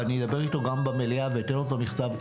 ואני אדבר איתו גם במליאה ואתן לו את המכתב.